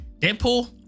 deadpool